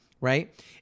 right